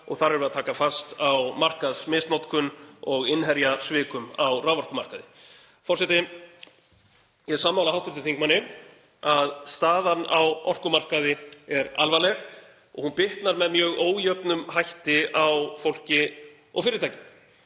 Þar erum við að taka fast á markaðsmisnotkun og innherjasvikum á raforkumarkaði. Forseti. Ég er sammála hv. þingmanni að staðan á orkumarkaði er alvarleg og hún bitnar með mjög ójöfnum hætti á fólki og fyrirtækjum,